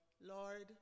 Lord